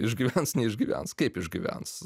išgyvens neišgyvens kaip išgyvens